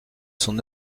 son